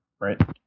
right